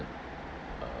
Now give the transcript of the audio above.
uh